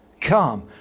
Come